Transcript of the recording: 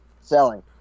Selling